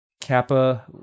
Kappa